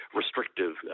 restrictive